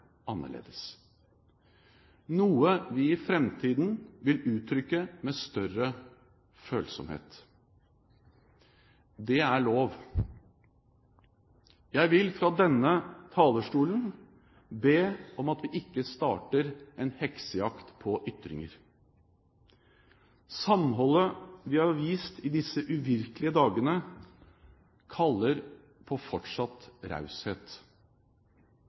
annerledes, noe vi i framtiden vil uttrykke med større følsomhet. Det er lov. Jeg vil fra denne talerstolen be om at vi ikke starter en heksejakt på ytringer. Samholdet vi har vist i disse uvirkelige dagene, kaller på fortsatt raushet.